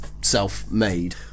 self-made